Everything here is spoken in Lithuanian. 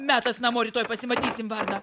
metas namo rytoj pasimatysim varna